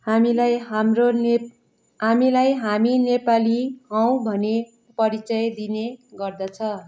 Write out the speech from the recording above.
हामीलाई हाम्रो नेप हामीलाई हामी नेपाली हौँ भनी परिचय दिने गर्दछ